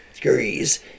degrees